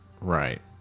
Right